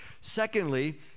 Secondly